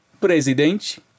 Presidente